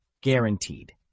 guaranteed